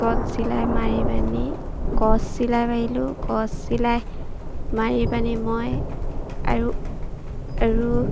কট চিলাই মাৰি পেনি কছ চিলাই মাৰিলোঁ কছ চিলাই মাৰি পেনি মই আৰু